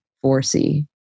foresee